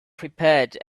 prepared